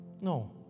No